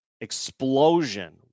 explosion